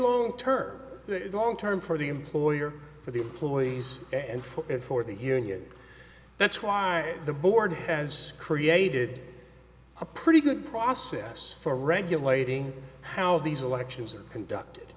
long term long term for the employer for the employees and for and for the union that's why are the board has created a pretty good process for regulating how these elections are conducted